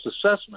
assessment